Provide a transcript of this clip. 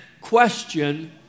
question